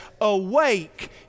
awake